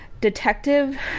Detective